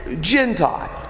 Gentile